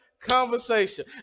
Conversation